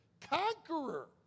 conqueror